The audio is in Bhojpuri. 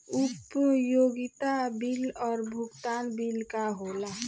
उपयोगिता बिल और भुगतान बिल का होला?